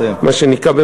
מה שנקרא,